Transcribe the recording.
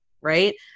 right